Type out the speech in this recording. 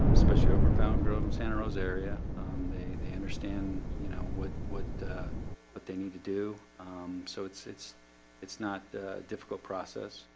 especially over and fountain grove in santa rosa area they they understand you know, what what what but they need to do so it's it's it's not a difficult process.